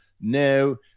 No